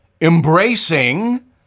embracing